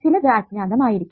ചിലതു അജ്ഞാതം ആയിരിക്കും